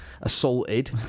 assaulted